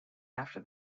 after